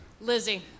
Lizzie